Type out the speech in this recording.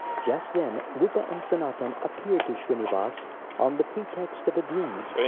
just then, rupa and sanatan appeared to shrinivas on the pretext of a dream,